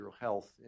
health